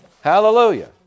Hallelujah